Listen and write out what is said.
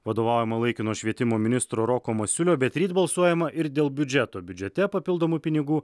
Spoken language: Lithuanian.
vadovaujama laikino švietimo ministro roko masiulio bet ryt balsuojama ir dėl biudžeto biudžete papildomų pinigų